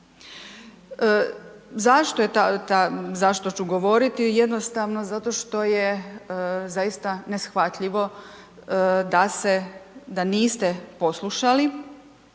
zašto ću govoriti jednostavno zato što je zaista neshvatljivo da se, da niste poslušali